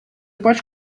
pode